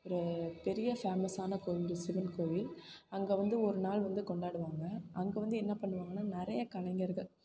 ஒரு பெரிய ஃபேமஸான கோவில் சிவன் கோவில் அங்கே வந்து ஒரு நாள் வந்து கொண்டாடுவாங்க அங்கே வந்து என்ன பண்ணுவாங்கன்னால் நிறைய கலைஞர்கள்